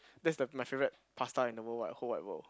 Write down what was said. that's the my favourite pasta in the world wide whole wide world